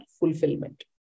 fulfillment